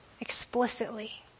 explicitly